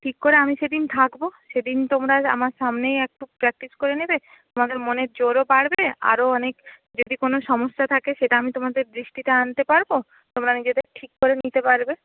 ঠিক করে আমি সেদিন থাকবো সেদিন তোমরা আমার সামনেই একটু প্র্যাক্টিস করে নেবে তোমাদের মনে জোরও বাড়বে আরও অনেক যদি কোনও সমস্যা থাকে সেটা আমি তোমাদের দৃষ্টিতে আনতে পারবো তোমরা নিজেদের ঠিক করে নিতে পারবে